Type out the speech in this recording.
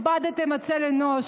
איבדתם צלם אנוש.